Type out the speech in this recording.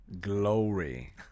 Glory